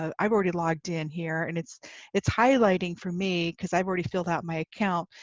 um i've already logged in here, and it's it's highlighting for me because i've already filled out my account.